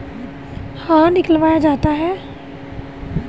अखबारों में स्कीमों को लान्च करने से पहले निकलवाया जाता है